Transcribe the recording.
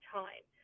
time